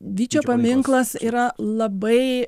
vyčio paminklas yra labai